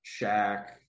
Shaq